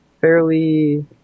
fairly